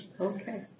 Okay